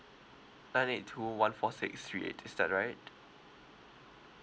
nine eight two one four six three eight is that right